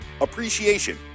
Appreciation